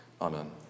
amen